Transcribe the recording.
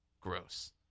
Gross